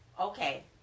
okay